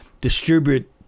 distribute